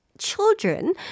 children